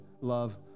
love